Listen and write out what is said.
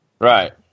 Right